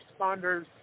responders